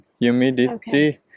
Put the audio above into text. humidity